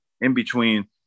in-between